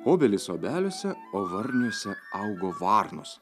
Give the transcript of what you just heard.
obelys obeliuose o varniuose augo varnos